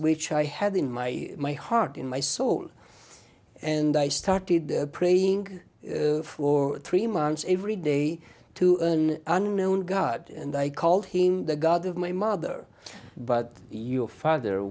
which i had in my my heart in my soul and i started praying for three months every day to earn unknown god and i called him the god of my mother but your father